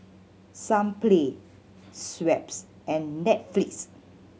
Sunplay Schweppes and Netflix